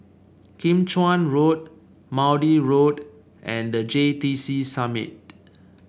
Kim Chuan Road Maude Road and The J T C Summit